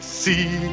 see